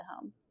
home